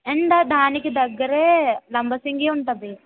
and దానికి దగ్గరే లంబసింగి ఉంటుంది